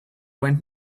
went